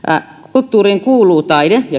kulttuuriin kuuluu taide ja